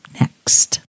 next